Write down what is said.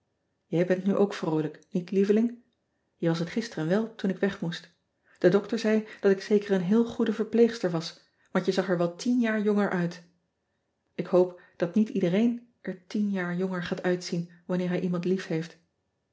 e bent nu ook vroolijk niet lieveling e was het gisteren wel toen ik weg moest e dokter zei dat ik zeker een heel goede verpleegster was want je zag er wel tien jaar jonger uit k hoop dat niet iedereen er tien jaar jonger gaat uitzien wanneer hij iemand